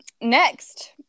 next